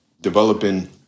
developing